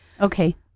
Okay